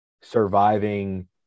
surviving